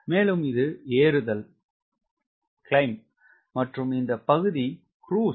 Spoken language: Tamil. மேலும் இது ஏறுதல் மற்றும் இந்த பகுதி க்ரூஸ்